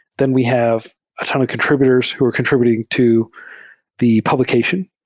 then we have a ton of contr ibutors who are contr ibuting to the publication.